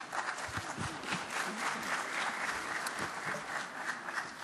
(מחיאות כפיים)